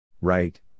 Right